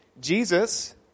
Jesus